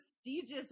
prestigious